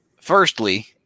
Firstly